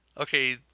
okay